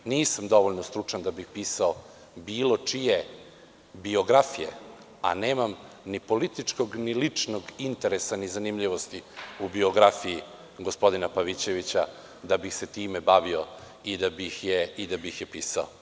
Nisam dovoljno stručan da bih pisao bilo čije biografije, a nemam ni političkog ni ličnog interesa i zanimljivosti u biografiji gospodina Pavićevića, da bih se time bavio i da bih je pisao.